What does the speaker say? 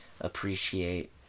appreciate